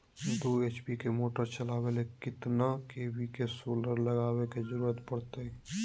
दो एच.पी के मोटर चलावे ले कितना के.वी के सोलर लगावे के जरूरत पड़ते?